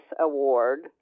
Award